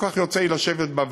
לא כל כך יוצא לי לשבת בוועדות,